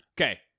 Okay